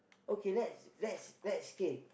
okay let's let's let's K